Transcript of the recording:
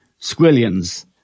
squillions